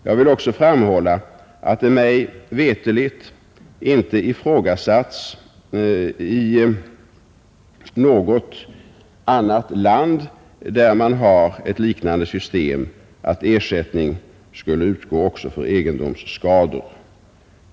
Jag vill också framhålla att det mig veterligt inte ifrågasatts i något annat land där man har ett liknande system att ersättning skulle utgå också för egendomsskador.